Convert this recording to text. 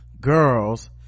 girls